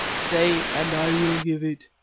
say and i will give it